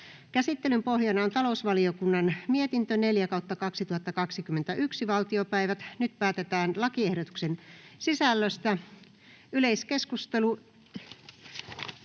Käsittelyn pohjana on talousvaliokunnan mietintö TaVM 4/2021 vp. Nyt päätetään lakiehdotuksen sisällöstä. — Valiokunnan